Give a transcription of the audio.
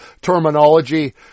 terminology